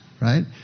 right